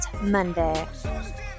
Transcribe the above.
Monday